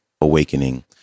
awakening